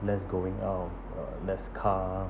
less going out uh less car